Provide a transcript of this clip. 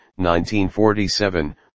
1947